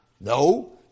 No